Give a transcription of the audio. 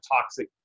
toxic